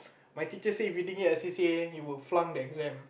my teacher say if you didn't get a C_C_A you will flunk the exam